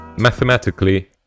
Mathematically